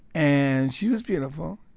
and she was beautiful